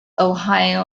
ohio